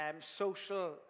social